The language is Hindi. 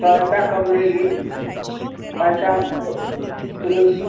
पैसा कब लेगी पैसा तुरंत ही चाहिए